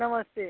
नमस्ते